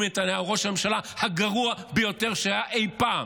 נתניהו ראש הממשלה הגרוע שהיה אי-פעם,